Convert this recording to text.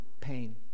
pain